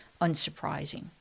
unsurprising